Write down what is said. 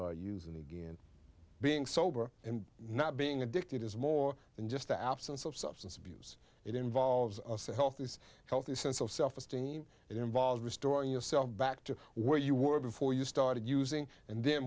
using again being sober and not being addicted is more than just the absence of substance abuse it involves health is a healthy sense of self esteem it involves restoring yourself back to where you were before you started using and then